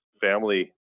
family